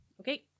okay